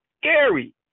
scary